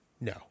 No